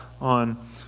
on